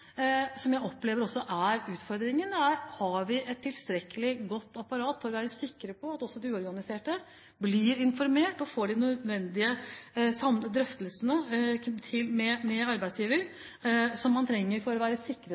som jeg opplever er utfordringen, er: Har vi et tilstrekkelig godt apparat for å være sikre på at de uorganiserte blir informert og får de nødvendige drøftelsene med arbeidsgiver som de trenger for å være